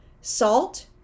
salt